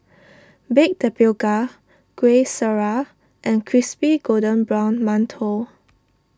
Baked Tapioca Kueh Syara and Crispy Golden Brown Mantou